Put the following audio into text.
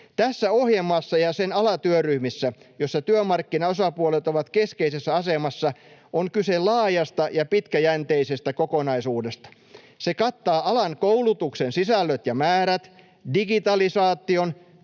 Tässä ohjelmassa ja sen alatyöryhmissä, joissa työmarkkinaosapuolet ovat keskeisessä asemassa, on kyse laajasta ja pitkäjänteisestä kokonaisuudesta. Se kattaa alan koulutuksen sisällöt ja määrät, digitalisaation,